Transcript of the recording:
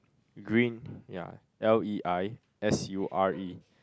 green ya L_E_I_S_U_R_E